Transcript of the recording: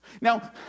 Now